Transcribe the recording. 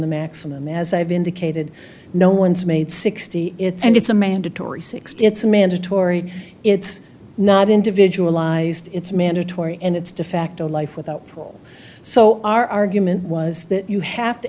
the maximum as i've indicated no one's made sixty it's and it's a mandatory sixty it's mandatory it's not individualized it's mandatory and it's de facto life without parole so our argument was that you have to